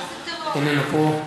תודה רבה.